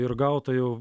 ir gauta jau